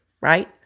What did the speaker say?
right